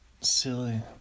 silly